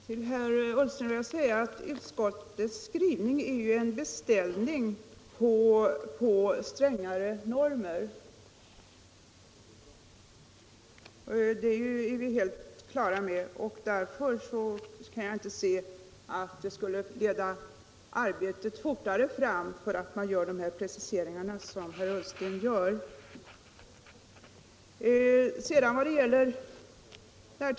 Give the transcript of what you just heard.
Herr talman! Till herr Ullsten vill jag säga att utskottets skrivning är en beställning på strängare normer. Det är vi helt på det klara med. Därför kan jag inte se att det skulle leda arbetet fortare fram att göra de preciseringar herr Ullsten vill ha.